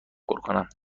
کنم